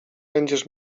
będziesz